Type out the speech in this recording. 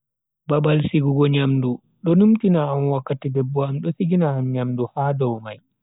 Babal sigugo nyamdu, do numtina am wakkati debbo am do sigina am nyamdu ha dow mai.